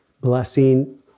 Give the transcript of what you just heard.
blessing